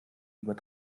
über